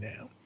now